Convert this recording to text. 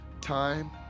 time